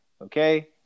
okay